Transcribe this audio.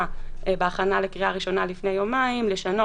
בהכנה לקריאה ראשונה לפני יומיים לשנות.